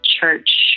church